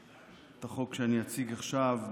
את החוק שאני אציג עכשיו,